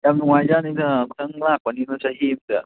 ꯌꯥꯝ ꯅꯨꯡꯉꯥꯏꯖꯥꯠꯅꯤꯗ ꯅꯪ ꯂꯥꯛꯄꯒꯤ ꯆꯍꯤꯁꯤꯗ